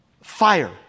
fire